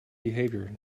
behavior